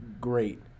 great